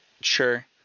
Sure